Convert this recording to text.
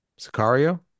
Sicario